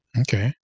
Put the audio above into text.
Okay